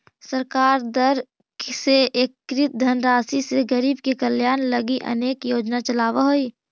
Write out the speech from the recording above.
सरकार कर से एकत्रित धनराशि से गरीब के कल्याण लगी अनेक योजना चलावऽ हई